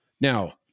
Now